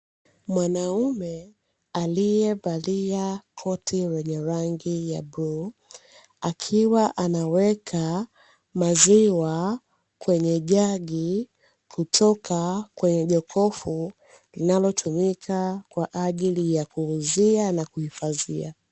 Mwanaume aliyevalia koti lenye rangi ya bluu akiwa anaweka maziwa kwenye jagi, kutoka kwenye jokofu linalotumika kwa ajili ya kuuzia na kuhifadhia.